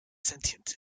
sentient